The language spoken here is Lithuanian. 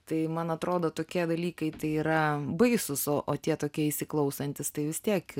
tai man atrodo tokie dalykai tai yra baisūs o tie tokie įsiklausantys tai vis tiek